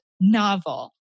novel